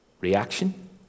Reaction